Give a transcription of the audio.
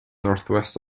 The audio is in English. northwest